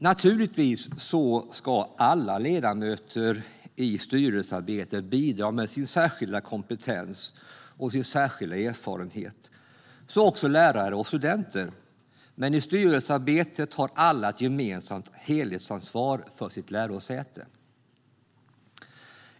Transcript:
Naturligtvis ska alla ledamöter i styrelsearbetet bidra med sin särskilda kompetens och erfarenhet - så också lärare och studenter. Men i styrelsearbetet har alla ett gemensamt helhetsansvar för sitt lärosäte.